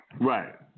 Right